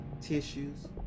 tissues